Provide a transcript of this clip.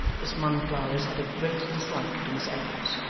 miss monflathers had a great dislike to miss edwards,